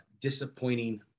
disappointing